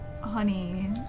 Honey